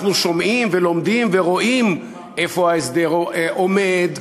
שומעים ולומדים ורואים איפה ההסדר עומד,